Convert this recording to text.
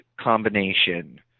combination